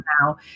now